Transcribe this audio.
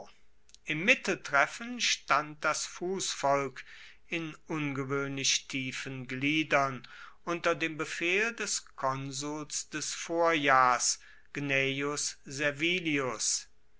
im mitteltreffen stand das fussvolk in ungewoehnlich tiefen gliedern unter dem befehl des konsuls des vorjahrs